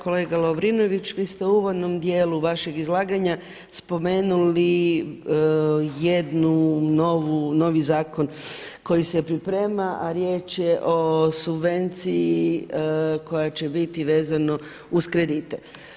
Kolega Lovrinović, vi ste u uvodnom dijelu vašeg izlaganja spomenuli jednu novu, novi zakon koji se priprema a riječ je o subvenciji koja će biti vezano uz kredite.